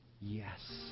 Yes